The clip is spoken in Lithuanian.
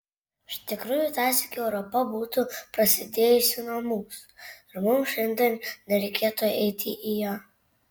iš tikrųjų tąsyk europa būtų prasidėjusi nuo mūsų ir mums šiandien nereikėtų eiti į ją